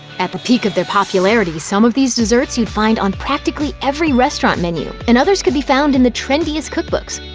at the peak of their popularity, some of these desserts you'd find on practically every restaurant menu, and others could be found in the trendiest cookbooks.